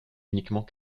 uniquement